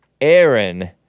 Aaron